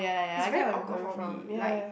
it's very awkward for me like